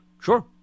Sure